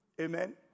Amen